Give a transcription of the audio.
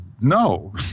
no